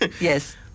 Yes